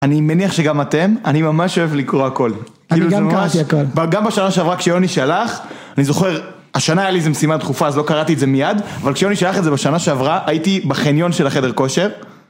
אני מניח שגם אתם, אני ממש אוהב לקרוא הכול. -אני גם קראתי הכול. -גם בשנה שעברה, כשיוני שלח, אני זוכר, השנה היה לי איזה משימה דחופה, אז לא קראתי את זה מיד, אבל כשיוני שלח את זה בשנה שעברה, הייתי בחניון של החדר כושר,